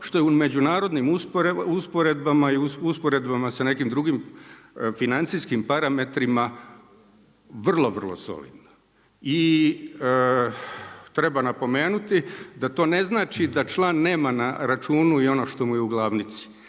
što je u međunarodnim usporedbama i usporedbama sa nekim drugim financijskim parametrima vrlo solidna. I treba napomenuti da to ne znači da član nema na računu i ono što mu je u glavnici,